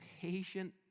patient